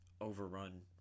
overrun